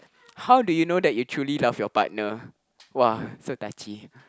how do you know that you truly love your partner !wah! so touchy